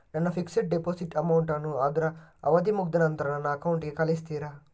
ನನ್ನ fixed deposit amount ಅನ್ನು ಅದ್ರ ಅವಧಿ ಮುಗ್ದ ನಂತ್ರ ನನ್ನ ಅಕೌಂಟ್ ಗೆ ಕಳಿಸ್ತೀರಾ?